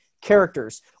characters